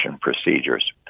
procedures